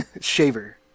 Shaver